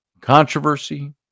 controversy